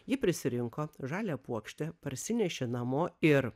ji prisirinko žalią puokštę parsinešė namo ir